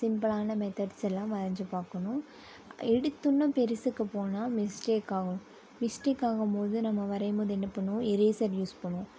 சிம்பிளான மெத்தெட்ஸ் எல்லாம் வரஞ்சு பார்க்கணும் எடுத்தொடனே பெரிசுக்கு போனால் மிஸ்டேக்காகும் மிஸ்டேக் ஆகும்போது நம்ம வரையும்போது என்ன பண்ணுவோம் எரேசர் யூஸ் பண்ணுவோம்